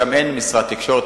שם אין משרד תקשורת,